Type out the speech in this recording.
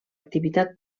activitat